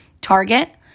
Target